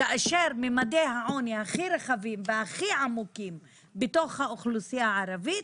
כאשר ממדי העוני הכי רחבים והכי עמוקים בתוך האוכלוסייה הערבית,